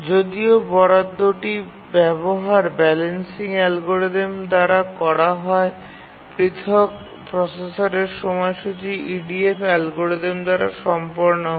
যদিও বরাদ্দটি ব্যবহার ব্যালেন্সিং অ্যালগরিদম দ্বারা করা হয় পৃথক প্রসেসরের সময়সূচী EDF অ্যালগরিদম দ্বারা সম্পন্ন হয়